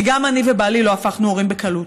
כי גם אני ובעלי לא הפכנו הורים בקלות.